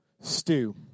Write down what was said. stew